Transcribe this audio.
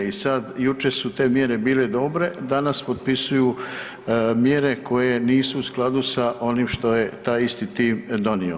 I sad, jučer su te mjere bile dobre, danas potpisuju mjere koje nisu u skladu sa onim što je taj isti tim donio.